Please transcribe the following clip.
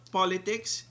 politics